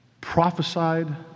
prophesied